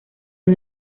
uno